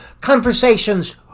Conversations